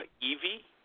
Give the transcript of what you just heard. Evie